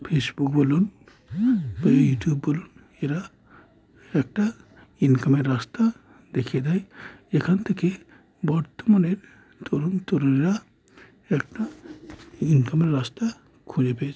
Facebook বলুন বা YouTube বলুন এরা একটা ইনকামের রাস্তা দেখে দেয় এখান থেকে বর্তমানের তরুণ তরুণীরা একটা ইনকামের রাস্তা খুঁজে পে